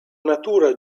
natura